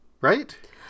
Right